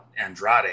Andrade